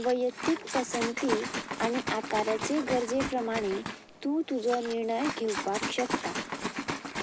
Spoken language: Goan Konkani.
वैयक्तीक पसंती आनी आकाराचे गरजे प्रमाणें तूं तुजो निर्णय घेवपाक शकता